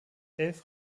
elf